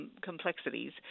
complexities